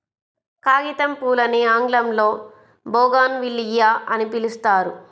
కాగితంపూలని ఆంగ్లంలో బోగాన్విల్లియ అని పిలుస్తారు